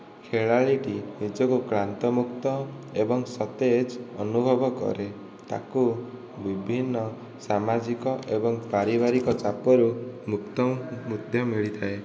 ଖେଳାଳି ଟି ନିଜକୁ କ୍ଳାନ୍ତମୁକ୍ତ ଏବଂ ସତେଜ ଅନୁଭବ କରେ ତାକୁ ବିଭିନ୍ନ ସାମାଜିକ ଏବଂ ପାରିବାରିକ ଚାପରୁ ମୁକ୍ତି ମିଳିଥାଏ